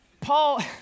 Paul